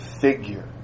figure